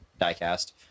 Diecast